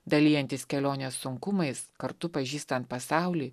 dalijantis kelionės sunkumais kartu pažįstant pasaulį